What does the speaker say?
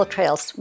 Trails